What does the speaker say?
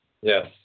Yes